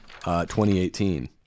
2018